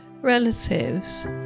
relatives